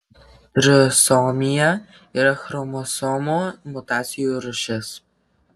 trisomija yra chromosomų mutacijų rūšis